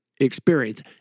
experience